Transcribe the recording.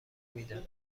میداد